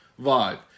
vibe